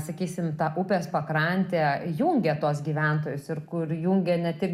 sakysim ta upės pakrantė jungia tuos gyventojus ir kur jungia ne tik